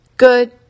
Good